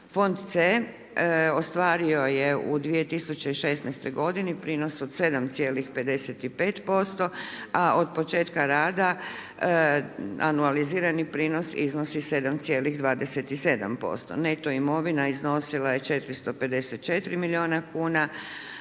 Fond C ostvario je u 2016. godini prinos od 7,55% a od početka rada anualizirani prinos iznosi 7,27%. Neto imovina iznosila je 454 milijuna kuna.